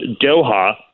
Doha